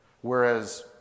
Whereas